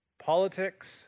politics